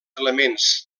elements